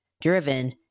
driven